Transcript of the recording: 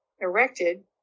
erected